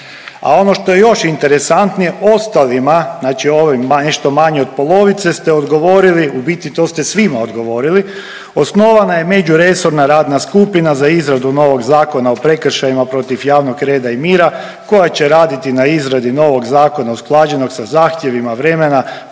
A ono što je još interesantnije, ostalima, znači ovima, nešto manje od polovice ste odgovorili, u biti to ste svima odgovorili, osnovana je međuresorna radna skupina za izradu novog Zakona o prekršajima protiv javnog reda i mira koja će raditi na izradi novog zakona usklađenog sa zahtjevima vremena,